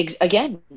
Again